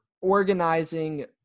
organizing